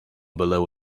below